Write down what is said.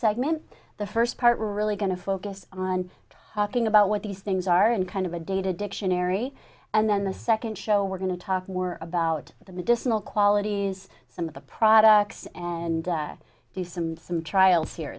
segment the first part we're really going to focus on talking about what these things are and kind of a data dictionary and then the second show we're going to talk more about the medicinal qualities some of the products and do some some trials here